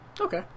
Okay